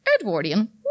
Edwardian